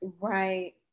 Right